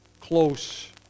close